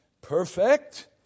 perfect